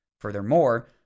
Furthermore